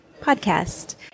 podcast